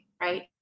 right